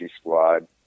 squad